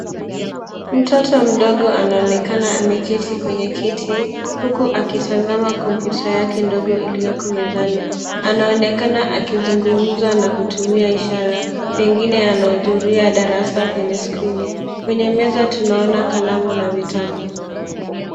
Mtoto mdogo anaonekana ameketi kwenye kiti huku akitazama kompyuta yake ndogo iliyoko mezani. Anaonekana akizungumza na kutumia ishara, pengine anahudhuria darasa kwenye skrini. Kwenye meza tunaona kalamu na vitabu.